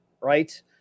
right